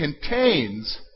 contains